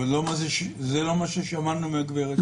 זה לא מה ששמענו מהגברת פה.